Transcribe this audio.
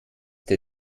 der